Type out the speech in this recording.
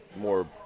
more